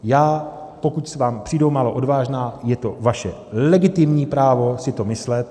Já, pokud vám přijdou málo odvážná, je to vaše legitimní právo si to myslet.